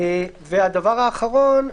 הדבר האחרון,